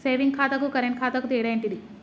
Saving ఖాతాకు current ఖాతాకు తేడా ఏంటిది?